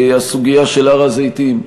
הסוגיה של הר-הזיתים,